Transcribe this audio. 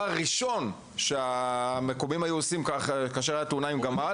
הראשון שהמקומיים היו עושים כאשר הייתה תאונה עם גמל,